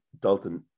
Dalton